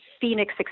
phoenix